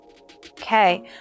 Okay